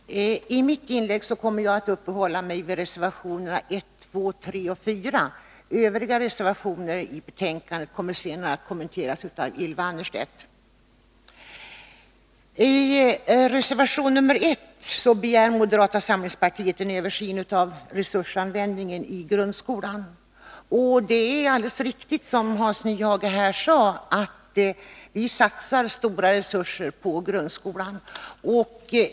Herr talman! I mitt inlägg kommer jag att uppehålla mig vid reservationerna 1, 2, 3 och 4. Övriga reservationer i betänkandet kommer att kommenteras av Ylva Annerstedt. I reservation 1 begär moderaterna en översyn av resursanvändningen i grundskolan. Det är alldeles riktigt som Hans Nyhage sade, att vi satsar stora resurser på grundskolan.